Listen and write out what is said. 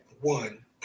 one